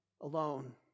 alone